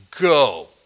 go